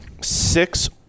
six